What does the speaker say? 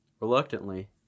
Reluctantly